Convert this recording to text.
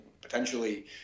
potentially